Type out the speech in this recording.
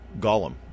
Gollum